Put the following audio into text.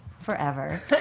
forever